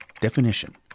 Definition